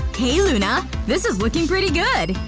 hey, luna! this is looking pretty good!